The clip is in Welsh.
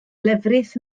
lefrith